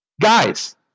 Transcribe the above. Guys